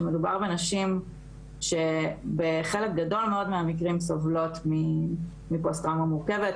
שמדובר בנשים שבחלק גדול מאוד מהמקרים סובלות מפוסט טראומה מורכבת,